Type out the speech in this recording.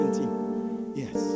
yes